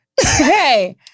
Hey